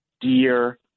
dear